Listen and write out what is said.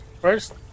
First